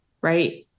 right